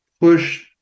Push